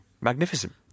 magnificent